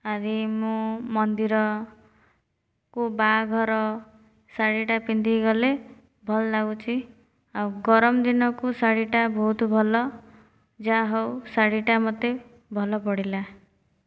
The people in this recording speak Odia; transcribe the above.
ଆରି ମୁଁ ମନ୍ଦିରକୁ ବାହାଘର ଶାଢ଼ୀଟା ପିନ୍ଧିକି ଗଲେ ଭଲ ଲାଗୁଛି ଆଉ ଗରମ ଦିନକୁ ଶାଢ଼ୀଟା ବହୁତ ଭଲ ଯାହା ହେଉ ଶାଢ଼ୀଟା ମତେ ଭଲ ପଡ଼ିଲା